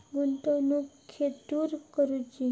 गुंतवणुक खेतुर करूची?